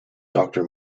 doctor